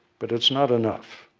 but it's not enough.